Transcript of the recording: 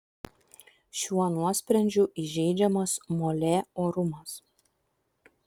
šiuo nuosprendžiu įžeidžiamas molė orumas